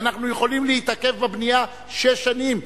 כי אנחנו יכולים להתעכב בבנייה שש שנים.